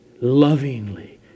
lovingly